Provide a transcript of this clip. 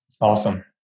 Awesome